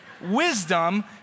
Wisdom